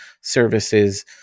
services